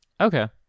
Okay